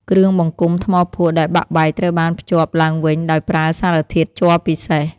គ្រឿងបង្គុំថ្មភក់ដែលបាក់បែកត្រូវបានភ្ជាប់ឡើងវិញដោយប្រើសារធាតុជ័រពិសេស។